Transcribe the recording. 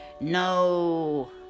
no